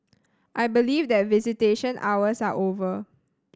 I believe that visitation hours are over